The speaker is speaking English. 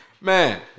man